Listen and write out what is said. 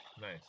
nice